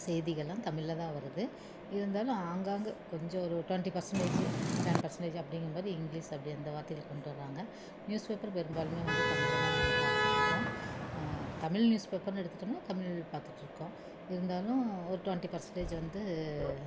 செய்திகள்லாம் தமிழில் தான் வருது இருந்தாலும் ஆங்காங்க கொஞ்சம் ஒரு ட்வெண்ட்டி பர்சென்ட்டேஜு டென் பர்சென்ட்டேஜு அப்படிங்கம்போது இங்கிலீஷ் அப்படி அந்த வார்த்தைகள் கொண்டு வரறாங்க நியூஸ் பேப்பர் பெரும்பாலும் வந்து தமிழில் தான் நம்ம பார்த்துட்டு இருக்கோம் தமிழ் நியூஸ் பேப்பர்னு எடுத்துகிட்டோம்னா தமிழ் பார்த்துட்டு இருக்கோம் இருந்தாலும் ஒரு ட்வெண்ட்டி பர்சென்ட்டேஜ் வந்து